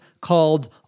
called